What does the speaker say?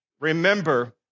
remember